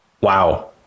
wow